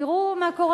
תראו מה קורה.